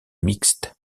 mixtes